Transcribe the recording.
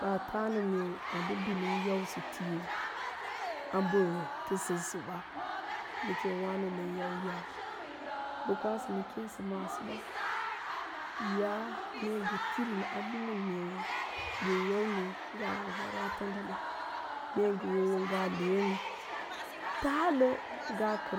Ɓaa taa nə mee ndə bi nən yausə tíí a mbə nd sesə ɓa, nə kem wáno nən yau yau ya'a, bə kwasə nə keesə masoɓa, ya'a mee ngə tirin a humu mee ngən yau mee ngə waraa tanda ɗáán mee ngə wo wo'ngaa le'e nə, taalə ngə kər